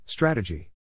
Strategy